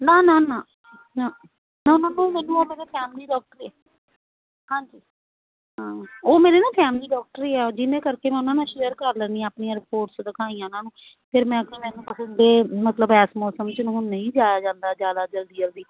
ਨਾ ਨਾ ਨਾ ਨਾ ਨਾ ਉਹ ਮੈਨੂੰ ਉਹ ਮੇਰੇ ਫੈਮਲੀ ਡਾਕਟਰ ਹੀ ਆ ਹਾਂਜੀ ਹਾਂ ਉਹ ਮੇਰੇ ਨਾ ਫੈਮਲੀ ਡਾਕਟਰ ਹੀ ਆ ਜਿਹਨੇ ਕਰਕੇ ਮੈਂ ਉਹਨਾਂ ਨਾਲ ਸ਼ੇਅਰ ਕਰ ਲੈਂਦੀ ਆਪਣੀਆਂ ਰਿਪੋਰਟਸ ਦਿਖਾਈਆਂ ਉਹਨਾਂ ਨੂੰ ਫਿਰ ਮੈਂ ਕਿਹਾ ਮੈਨੂੰ ਮਤਲਬ ਐਸ ਮੌਸਮ 'ਚ ਹੁਣ ਨਹੀਂ ਜਾਇਆ ਜਾਂਦਾ ਜ਼ਿਆਦਾ ਜਲਦੀ ਜਲਦੀ